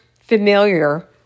familiar